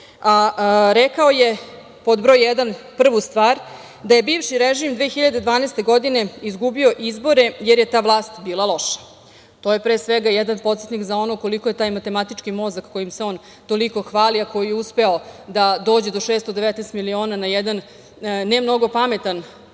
a rekao je pod broj jedan, prvu stvar, da je bivši režim 2012. godine izgubio izbore jer je ta vlast bila loša. To je pre svega jedan podsetnik za onog koliko je taj matematički mozak kojim se on toliko hvali, a koji je uspeo da dođe do 619 miliona na jedan ne mnogo pametan, ali